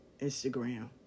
Instagram